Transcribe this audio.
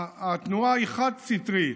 התנועה היא חד-סטרית: